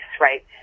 right